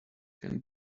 can